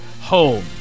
home